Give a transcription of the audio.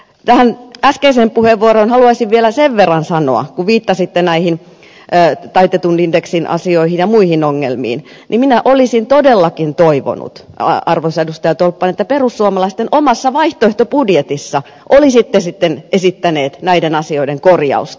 tähän äskeiseen puheenvuoroon haluaisin vielä sen verran sanoa kun viittasitte näihin taitetun indeksin asioihin ja muihin ongelmiin että minä olisin todellakin toivonut arvoisa edustaja tolppanen että perussuomalaisten omassa vaihtoehtobudjetissa olisitte sitten esittäneet näiden asioiden korjausta